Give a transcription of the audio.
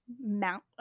Mount